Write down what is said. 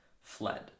fled